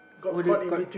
got